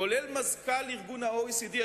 כולל מזכ"ל ה-OECD,